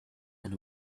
and